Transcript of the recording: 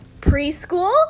Preschool